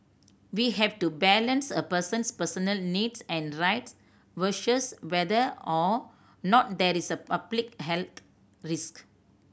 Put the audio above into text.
we have to balance a person's personal needs and rights versus whether or not there is a public health risk